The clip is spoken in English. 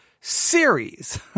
series